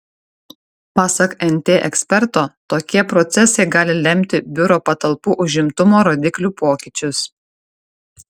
pasak nt eksperto tokie procesai gali lemti biuro patalpų užimtumo rodiklių pokyčius